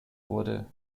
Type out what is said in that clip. wurde